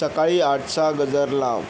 सकाळी आठचा गजर लाव